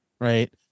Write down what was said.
right